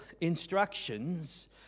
instructions